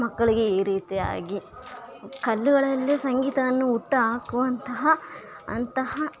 ಮಕ್ಕಳಿಗೆ ಈ ರೀತಿಯಾಗಿ ಕಲ್ಲುಗಳಲ್ಲು ಸಂಗೀತ ಅನ್ನು ಹುಟ್ಟು ಹಾಕುವಂತಹ ಅಂತಹ